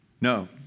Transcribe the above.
No